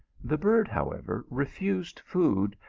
the bird, however, refused food,